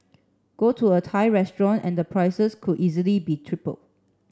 go to a Thai restaurant and the prices could easily be tripled